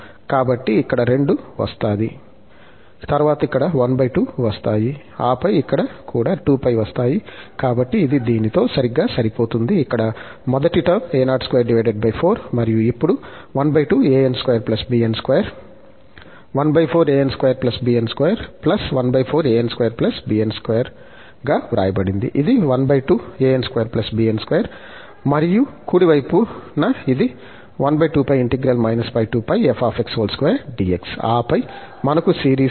కాబట్టి ఇక్కడ 2 వస్తాయి తరువాత ఇక్కడ 12 వస్తాయి ఆపై ఇక్కడ కూడా 2 π వస్తాయి కాబట్టి ఇది దీనితో సరిగ్గా సరిపోతుంది ఇక్కడ మొదటి టర్మ్ a024 మరియు ఇప్పుడు గా వ్రాయబడింది ఇది మరియు కుడి వైపున ఇది ఆపై మనకు సిరీస్ ఉంది